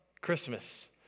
Christmas